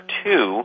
two